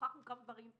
הוכחנו כמה דברים.